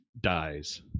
dies